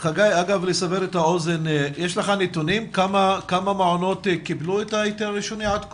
יש לך נתונים כמה מעונות קיבלו את ההיתר הראשוני עד כה?